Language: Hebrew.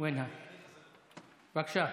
בבקשה.